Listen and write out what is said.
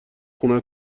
خونه